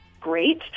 great